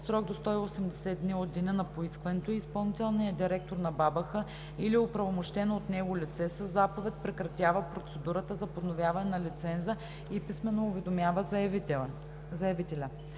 срок до 180 дни от деня на поискването ѝ, изпълнителният директор на БАБХ или оправомощено от него лице със заповед прекратява процедурата по подновяване на лиценза и писмено уведомява заявителя.